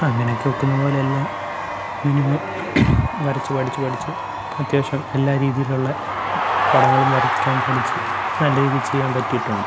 അങ്ങനെയൊക്കെ ഒക്കുന്ന പോലെയെല്ലാം മിനിമം വരച്ച് പഠിച്ചുപഠിച്ച് അത്യാവശ്യം എല്ലാ രീതിയിലുള്ള പടങ്ങളും വരയ്ക്കാൻ പഠിച്ച് നല്ല രീതിയില് ചെയ്യാൻ പറ്റിയിട്ടുണ്ട്